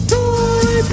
toy